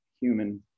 human